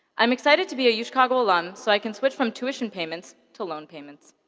i'm excited to be a yeah uchicago alum so i can switch from tuition payments to loan payments.